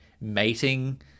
mating